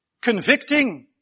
convicting